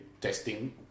testing